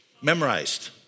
memorized